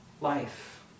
life